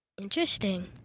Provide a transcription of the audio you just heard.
Interesting